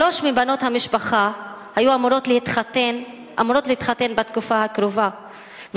שלוש מבנות המשפחה היו אמורות להתחתן בתקופה הקרובה,